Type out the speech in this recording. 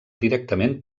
directament